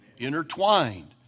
Intertwined